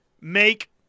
make